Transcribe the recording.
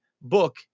book